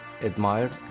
admired